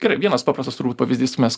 gerai vienas paprastas turbūt pavyzdys mes